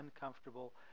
uncomfortable